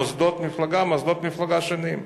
מוסדות מפלגה, מוסדות מפלגה שונים.